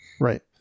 Right